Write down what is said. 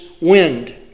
wind